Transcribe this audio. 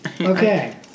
Okay